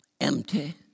empty